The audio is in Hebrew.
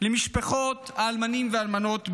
למשפחות האלמנים והאלמנות בישראל.